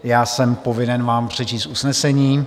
Já jsem povinen vám přečíst usnesení.